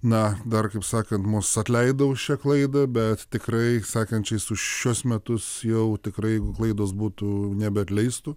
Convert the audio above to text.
na dar kaip sakant mus atleido už šią klaidą bet tikrai sekančiais už šiuos metus jau tikrai klaidos būtų nebeatleistų